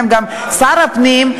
גם שר הפנים,